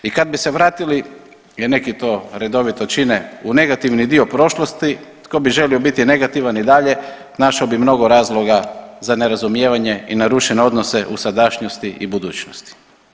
I kad bi se vratili jer neki to redovito čine u negativni dio prošlosti, tko bi želio biti negativan i dalje našao bi mnogo razloga za nerazumijevanje i narušene odnose u sadašnjosti i budućnosti.